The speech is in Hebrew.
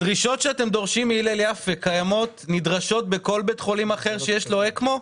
הדרישות שאתם דורשים נדרשות בכל בית חולים אחר שיש לו אקמו?